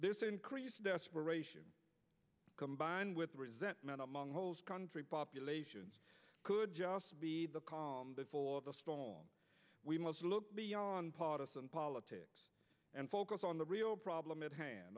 this increase desperation combined with resentment among host country populations could just be the calm that we must look beyond partisan politics and focus on the real problem at hand